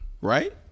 Right